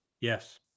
Yes